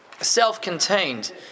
self-contained